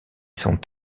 sont